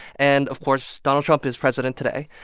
and, of course, donald trump is president today.